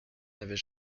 n’avait